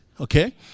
okay